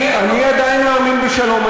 אני עדיין מאמין בשלום.